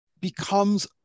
becomes